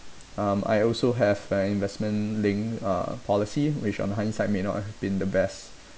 um I also have an investment linked uh policy which on hindsight may not have been the best